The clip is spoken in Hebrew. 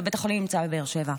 ובית החולים נמצא בבאר שבע.